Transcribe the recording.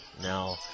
Now